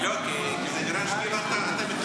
כי זה נראה שאתה מתחמם.